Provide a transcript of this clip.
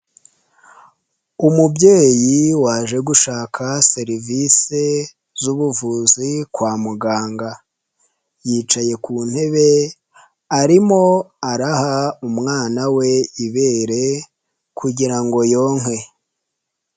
Umubyeyi waje gushaka serivisi z'ubuvuzi kwa muganga, yicaye ku ntebe arimo araha umwana we ibere kugira ngo yonke.